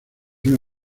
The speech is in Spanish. una